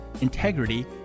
integrity